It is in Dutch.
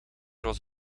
was